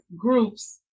groups